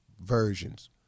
versions